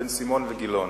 בן-סימון וגילאון.